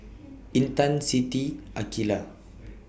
Intan Siti Aqilah